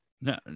No